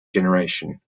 generation